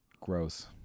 Gross